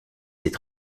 s’est